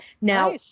Now